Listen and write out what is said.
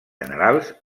generals